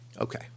okay